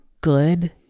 good